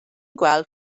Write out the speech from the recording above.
gweld